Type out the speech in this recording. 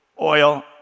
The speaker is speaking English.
oil